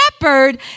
shepherd